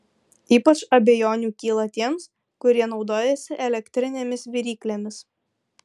ypač abejonių kyla tiems kurie naudojasi elektrinėmis viryklėmis